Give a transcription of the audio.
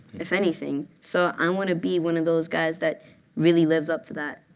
if anything. so i want to be one of those guys that really lives up to that.